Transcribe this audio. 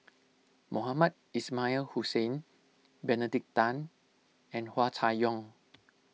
Mohamed Ismail Hussain Benedict Tan and Hua Chai Yong